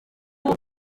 uko